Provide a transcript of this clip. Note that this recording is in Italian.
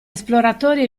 esploratori